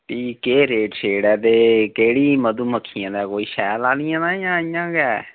फ्ही केह् रेट छेट ऐ ते केह्ड़ी मधुमक्खियें दा कोई शैहद आह्लियां जां इयां गै